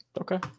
Okay